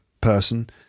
person